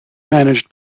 managed